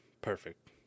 perfect